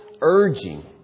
urging